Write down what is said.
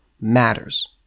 matters